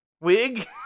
Wig